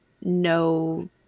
No